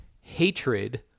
Hatred